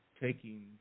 taking